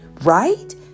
right